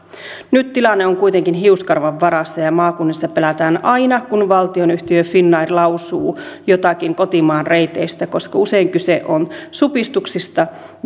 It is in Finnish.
nyt tilanne on kuitenkin hiuskarvan varassa ja maakunnissa pelätään aina kun valtionyhtiö finnair lausuu jotakin kotimaan reiteistä koska usein kyse on supistuksista